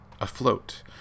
afloat